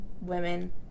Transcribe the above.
women